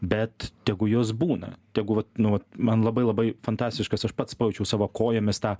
bet tegu jos būna tegu vat nu vat man labai labai fantastiškas aš pats pajaučiau savo kojomis tą